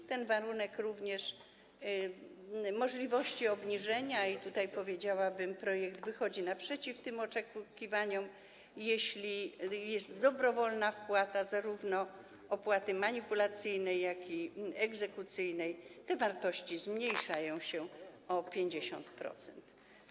Jest również warunek możliwości obniżenia, i tutaj, powiedziałabym, projekt wychodzi naprzeciw oczekiwaniom - jeśli jest dobrowolna wpłata zarówno opłaty manipulacyjnej, jak i egzekucyjnej, te wartości zmniejszają się o 50%.